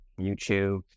YouTube